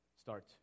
start